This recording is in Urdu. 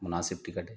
مناسب ٹکٹ ہے